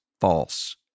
False